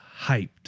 hyped